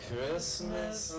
Christmas